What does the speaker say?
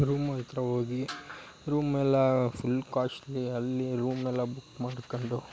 room ಹತ್ರ ಹೋಗಿ ರೂಮೆಲ್ಲ ಫುಲ್ ಕಾಸ್ಟ್ಲಿ ಅಲ್ಲಿ ರೂಮೆಲ್ಲ ಬುಕ್ ಮಾಡ್ಕೊಂಡು